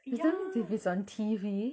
if it's on T_V